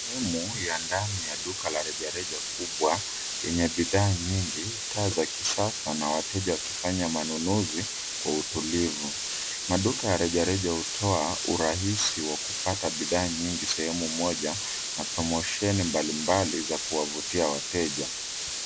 Sehemu ya ndani ya duka la rejareja kubwa yenye bidhaa nyingi, taa za kisasa na wateja wakifanya manunuzi kwa utulivu. Maduka ya rejareja hutoa urahisi wa kupata bidhaa nyingi sehemu moja na promosheni mbalimbali za kuwavutia wateja.